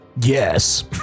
Yes